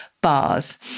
bars